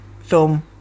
film